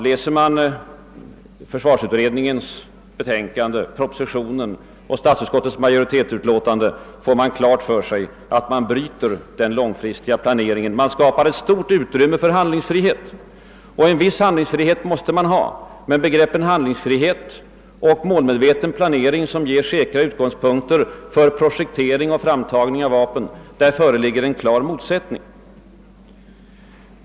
Läser man försvarsutredningens betänkande, propositionen och statsutskottsmajoritetens utlåtande får man klart för sig, att den långsiktiga planeringen bryts och att det skapas stort utrymme för rörelsefrihet. En viss handlingsfrihet måste man ha, men mellan begreppen handlingsfrihet och en målmedveten planering, som ger säkra utgångspunkter för projektering och framtagning av vapen, föreligger en klar motsättning.